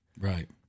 Right